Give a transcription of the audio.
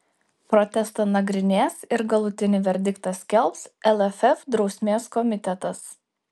protestą nagrinės ir galutinį verdiktą skelbs lff drausmės komitetas